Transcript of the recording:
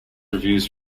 reviews